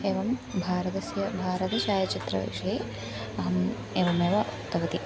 एवं भारतस्य भारते छायाचित्रविषये अहम् एवमेव उक्तवती